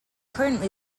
currently